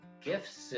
gifts